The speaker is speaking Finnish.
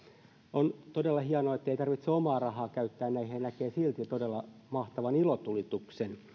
on todella hienoa ettei tarvitse omaa rahaa käyttää näihin ja näkee silti todella mahtavan ilotulituksen